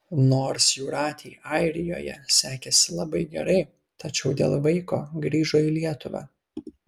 nors jūratei airijoje sekėsi labai gerai tačiau dėl vaiko grįžo į lietuvą